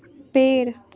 पेड़